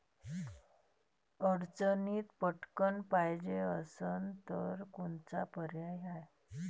अडचणीत पटकण पायजे असन तर कोनचा पर्याय हाय?